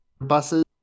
buses